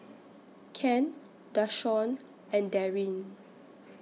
Ken Dashawn and Darryn